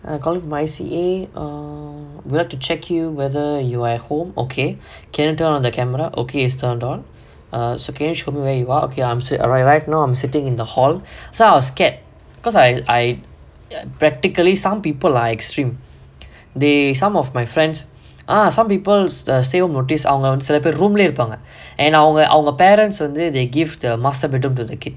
I'm calling from I_C_A err we have to check you whether you at home okay can you turn on the camera okay turned on err so can you show me where you you ah okay right now im sitting in the hall so I was scared because I I practically some people are extreme they some of my friends ah some peoples stay home notice அவங்க வந்து சில பேரு:avanga vanthu sila paeru room leh இருப்பாங்க:iruppaanga and அவங்க அவங்க:avanga avanga parents வந்து:vanthu they give the master bedroom to the kid